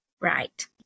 right